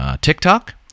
TikTok